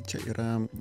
čia yra